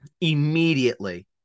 immediately